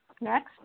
Next